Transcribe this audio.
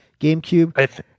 GameCube